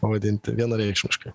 pavadinti vienareikšmiškai